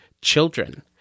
children